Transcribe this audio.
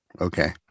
Okay